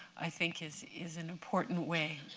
i think, is is an important way.